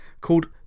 called